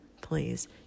please